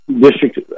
District